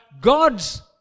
God's